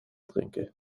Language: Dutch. drinken